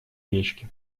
речки